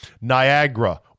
Niagara